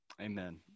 amen